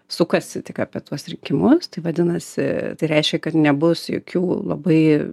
sukasi tik apie tuos rikimus tai vadinasi tai reiškia kad nebus jokių labai